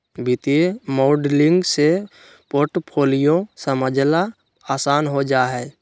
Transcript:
वित्तीय मॉडलिंग से पोर्टफोलियो समझला आसान हो जा हय